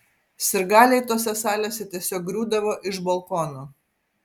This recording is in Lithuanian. sirgaliai tose salėse tiesiog griūdavo iš balkonų